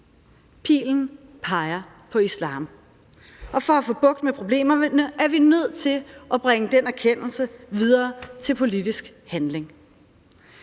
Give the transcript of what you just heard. Pilen peger på islam, og for at få bugt med problemerne er vi nødt til at bringe den erkendelse videre til politisk handling.